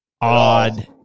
odd